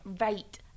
right